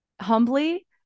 humbly